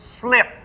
slip